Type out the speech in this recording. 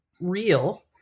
real